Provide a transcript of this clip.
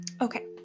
okay